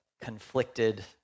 conflicted